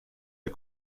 der